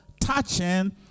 touching